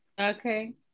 Okay